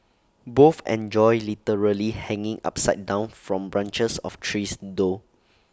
both enjoy literally hanging upside down from branches of trees though